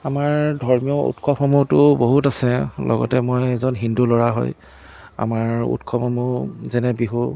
আমাৰ ধৰ্মীয় উৎসৱসমূহটো বহুত আছে লগতে মই এজন হিন্দু ল'ৰা হয় আমাৰ উৎসৱসমূহ যেনে বিহু